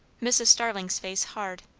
mrs. starling's face hard.